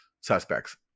suspects